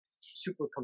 super